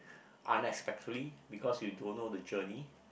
unexpectedly because you don't know the journey